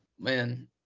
man